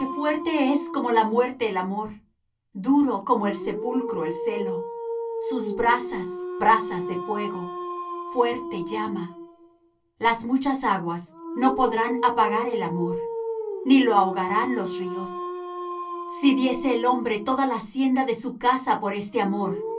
fuerte es como la muerte el amor duro como el sepulcro el celo sus brasas brasas de fuego fuerte llama las muchas aguas no podrán apagar el amor ni lo ahogarán los ríos si diese el hombre toda la hacienda de su casa por este amor